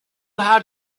how